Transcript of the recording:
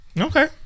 okay